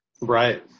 Right